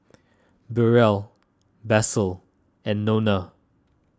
Burrel Basil and Nona